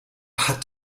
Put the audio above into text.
hat